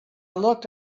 looked